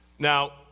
Now